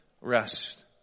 rest